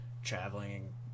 traveling